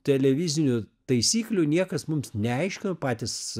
televizinių taisyklių niekas mums neaiškino patys